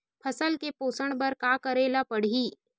फसल के पोषण बर का करेला पढ़ही?